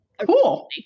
Cool